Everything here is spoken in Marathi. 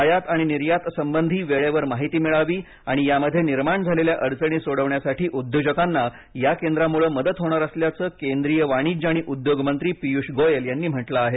आयात आणि निर्यात संबधी वेळेवर माहिती मिळावी आणि यामध्ये निर्माण झालेल्या अडचणी सोडवण्यासाठी उद्योजकांना या केंद्रामुळे मदत होणार असल्याचं केंद्रीय वाणिज्य आणि उद्योग मंत्री पियुष गोयल यांनी म्हटलं आहे